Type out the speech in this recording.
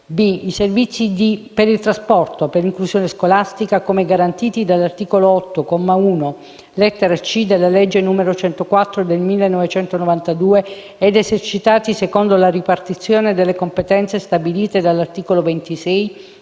i servizi per il trasporto per l'inclusione scolastica come garantiti dall'articolo 8, comma 1, lettera *g)*, della legge n. 104 del 1992 ed esercitati secondo la ripartizione delle competenze stabilito dall'articolo 26